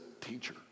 teacher